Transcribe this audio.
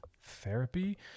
therapy